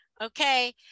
Okay